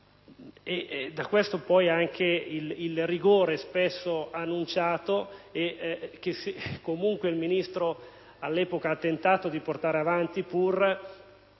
Da qui, anche il rigore spesso annunciato, che il Ministro all'epoca ha tentato di portare avanti, pur